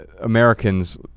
Americans